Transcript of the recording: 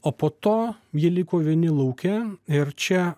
o po to jie liko vieni lauke ir čia